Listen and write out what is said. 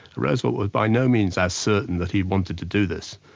roosevelt was by no means as certain that he wanted to do this,